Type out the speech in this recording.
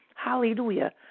Hallelujah